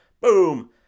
boom